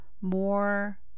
more